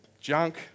junk